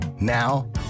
Now